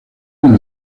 con